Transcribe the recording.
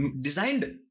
designed